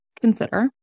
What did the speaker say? consider